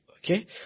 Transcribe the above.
Okay